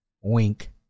Wink